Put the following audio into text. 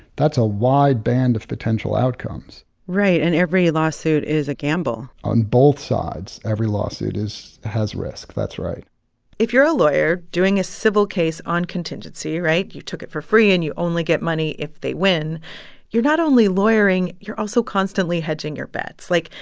that's a wide band of potential outcomes right. and every lawsuit is a gamble on both sides, every lawsuit is has risks. that's right if you're a lawyer doing a civil case on contingency right? you took it for free and you only get money if they win you're not only lawyering you're also constantly hedging your bets. like,